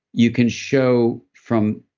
you can show from